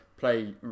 play